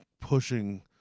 pushing